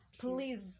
Please